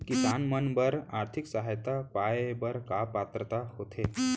किसान मन बर आर्थिक सहायता पाय बर का पात्रता होथे?